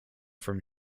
from